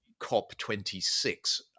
COP26